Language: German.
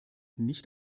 nicht